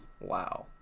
wow